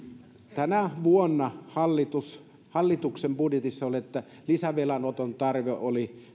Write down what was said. tänä vuonna hallituksen budjetissa oli että lisävelanoton tarve oli